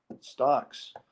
stocks